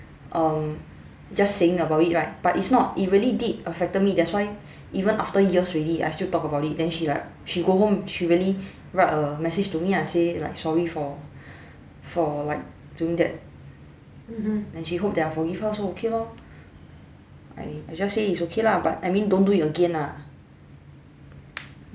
um just saying about it right but it's not it really did affected me that's why even after years already I still talk about it then she like she go home she really write a message to me ah say like sorry for for like doing that and she hope that I forgive her so okay lor I I just say it's okay lah but I mean don't do it again ah